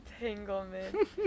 Entanglement